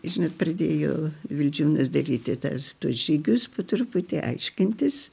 žinot pradėjo vildžiūnas daryti tas žygius po truputį aiškintis